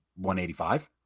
185